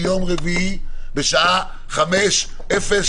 ביום רביעי בשעה 17:02,